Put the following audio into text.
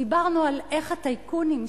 דיברנו איך הטייקונים,